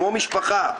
כמו משפחה.